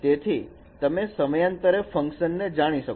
જેથી તમે સમયાંતરે ફંકશન ને જાણી શકો